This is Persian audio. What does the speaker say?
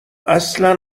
اصلا